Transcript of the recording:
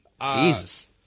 Jesus